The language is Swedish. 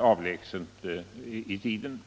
avlägsen i tiden.